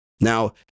now